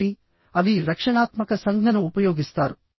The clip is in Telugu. కాబట్టి అవి రక్షణాత్మక సంజ్ఞను ఉపయోగిస్తారు